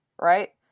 Right